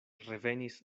revenis